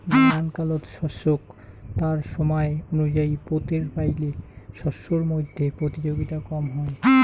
নানান কালত শস্যক তার সমায় অনুযায়ী পোতের পাইলে শস্যর মইধ্যে প্রতিযোগিতা কম হয়